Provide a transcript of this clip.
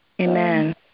Amen